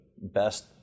best